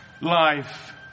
life